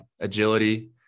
agility